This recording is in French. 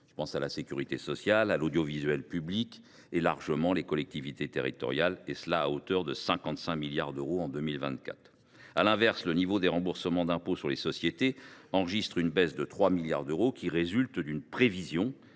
publiques – la sécurité sociale, l’audiovisuel public et, largement, les collectivités territoriales, à hauteur de 55 milliards d’euros en 2024. À l’inverse, le niveau des remboursements d’impôt sur les sociétés baisse de 3 milliards d’euros, ce qui résulte d’une prévision